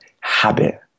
habit